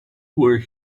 were